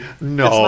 no